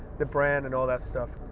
the brand and all that stuff.